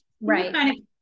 Right